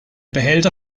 behälter